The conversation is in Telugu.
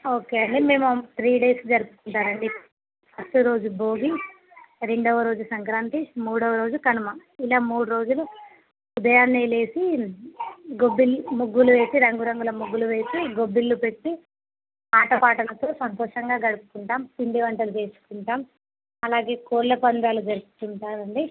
ఓకే అండి మేము త్రీ డేస్ జరుపుకుంటాం అండి ఫస్ట్ రోజు భోగి రెండవ రోజు సంక్రాంతి మూడవరోజు కనుమ ఇలా మూడు రోజులు ఉదయాన్నే లేచి గొబ్బిలి ముగ్గులు వేసి రంగురంగుల ముగ్గులు వేసి గొబ్బిళ్ళు పెట్టి ఆటపాటలతో సంతోషంగా గడుపుతుంటాము పిండివంటలు చేసుకుంటాము అలాగే కోళ్ళ పందాలు జరుపుకుంటారు అండి